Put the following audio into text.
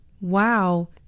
Wow